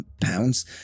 pounds